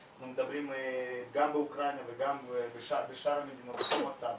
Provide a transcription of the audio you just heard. אנחנו מדברים גם באוקראינה וגם בשאר המדינות אותו מצב.